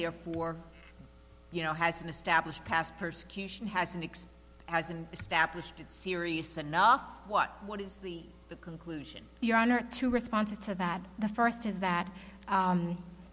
therefore you know has an established past persecution hasn't explained as and established it serious enough what what is the the conclusion your honor to response to that the first is that